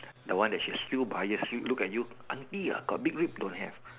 the one that she still bias she look at you aunty ah got big rib don't have